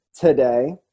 today